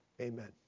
Amen